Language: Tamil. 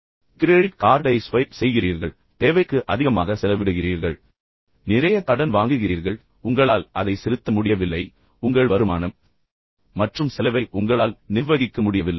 எனவே நீங்கள் உங்கள் கிரெடிட் கார்டை ஸ்வைப் செய்கிறீர்கள் பின்னர் நீங்கள் தேவைக்கு அதிகமாக செலவிடுகிறீர்கள் பின்னர் நீங்கள் நிறைய கடன் வாங்குகிறீர்கள் நிறைய கடன் வாங்குகிறீர்கள் உங்களால் அதை செலுத்த முடியவில்லை பின்னர் உங்கள் வருமானம் மற்றும் செலவை உங்களால் நிர்வகிக்க முடியவில்லை